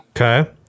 Okay